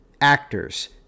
actors